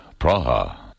Praha